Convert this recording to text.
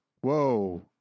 whoa